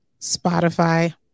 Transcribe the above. Spotify